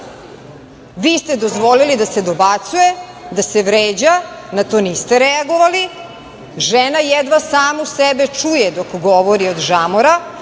vi? Vi ste dozvolili da se dobacuje, da se vređa na to niste reagovali žena jedva samu sebe čuje dok govori od žamora,